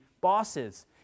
bosses